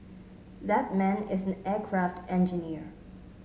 that man is an aircraft engineer